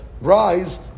rise